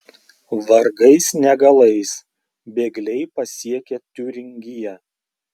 vargais negalais bėgliai pasiekia tiuringiją